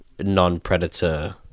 non-Predator